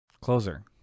Closer